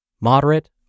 moderate